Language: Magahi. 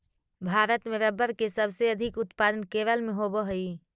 भारत में रबर के सबसे अधिक उत्पादन केरल में होवऽ हइ